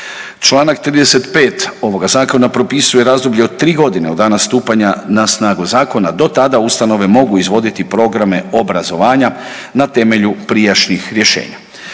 Čl. 35. ovoga zakona propisuje razdoblje od 3.g. od dana stupanja na snagu zakona, do tada ustanove mogu izvoditi programe obrazovanja na temelju prijašnjih rješenja.